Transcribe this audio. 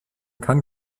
kann